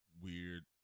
weird